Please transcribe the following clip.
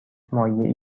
مایعی